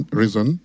reason